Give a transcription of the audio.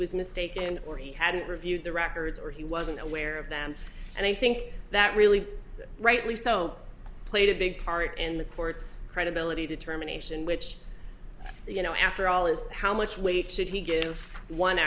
was mistaken or he hadn't reviewed the records or he wasn't aware of them and i think that really rightly so played a big part in the court's credibility determination which you know after all is how much weight should he get one